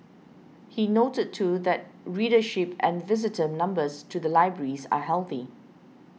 he noted too that readership and visitor numbers to the libraries are healthy